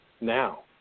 now